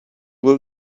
will